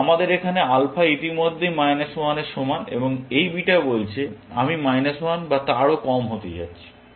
এখন আমাদের এখানে আলফা ইতিমধ্যেই মাইনাস 1 এর সমান এবং এই বিটা বলছে আমি মাইনাস 1 বা তারও কম হতে যাচ্ছি